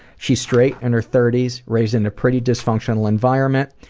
she's straight, in her thirties, raised in a pretty dysfunctional environment,